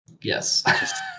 yes